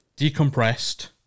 decompressed